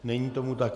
Není tomu tak.